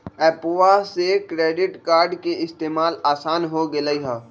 एप्पवा से credit card के इस्तेमाल असान हो गेलई ह